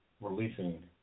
releasing